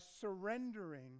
surrendering